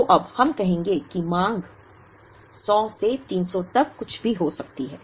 तो अब हम कहेंगे कि मांग 100 से 300 तक कुछ भी हो सकती है